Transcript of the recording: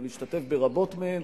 אבל השתתף ברבות מהן,